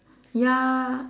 ya